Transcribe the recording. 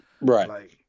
Right